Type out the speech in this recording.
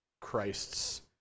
Christ's